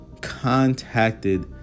contacted